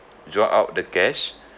draw out the cash